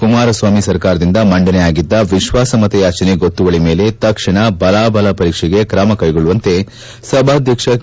ಕುಮಾರಸ್ವಾಮಿ ಸರ್ಕಾರದಿಂದ ಮಂಡನೆಯಾಗಿದ್ದ ವಿಶ್ವಾಸಮತ ಯಾಚನೆ ಗೊತ್ತುವಳಿ ಮೇಲೆ ತಕ್ಷಣ ಬಲಾಬಲ ಪರೀಕ್ಷೆಗೆ ಕ್ರಮ ಕೈಗೊಳ್ಳುವಂತೆ ಸಭಾಧ್ವಕ್ಷ ಕೆ